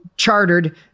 chartered